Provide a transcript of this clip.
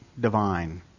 divine